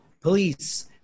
police